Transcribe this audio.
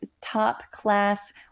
top-class